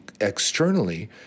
externally